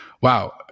Wow